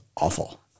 awful